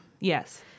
Yes